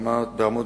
1. מדוע הרחוב מוזנח?